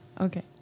Okay